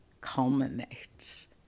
culminates